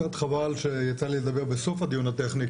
קצת חבל שיצא לי לדבר בסוף הדיון הטכני,